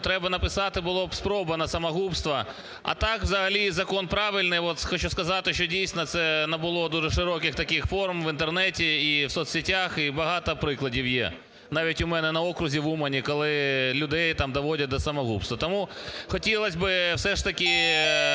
треба написати було б "спроба на самогубство". А так взагалі закон правильний, хочу сказати, що дійсно це набуло дуже широких форм в Інтернеті і в соцсєтях, і багато прикладів є. Навіть у мене на окрузі, в Умані, коли людей доводять до самогубства. Тому хотілось би все ж ,таки